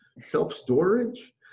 self-storage